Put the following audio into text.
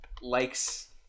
likes